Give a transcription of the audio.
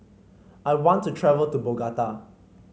I want to travel to Bogota